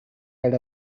had